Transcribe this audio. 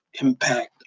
impact